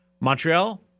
Montreal